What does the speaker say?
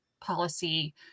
policy